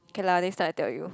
can lah next time I tell you